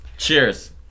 Cheers